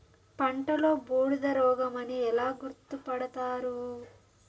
పంటలో బూడిద రోగమని ఎలా గుర్తుపడతారు?